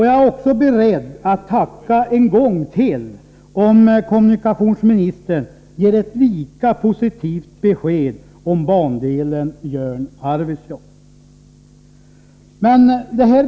Jag är också beredd att tacka en gång till om kommunikationsministern ger ett lika positivt besked om bandelen Jörn-Arvidsjaur.